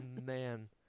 man